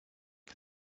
for